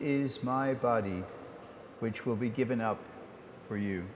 is my body which will be given up for you